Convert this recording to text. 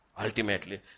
Ultimately